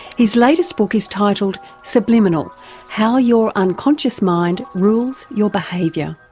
his latest book is titled subliminal how your unconscious mind rules your behaviour.